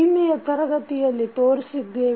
ನಿನ್ನೆಯ ತರಗತಿಯಲ್ಲಿ ತೋರಿಸಿದ್ದೇವೆ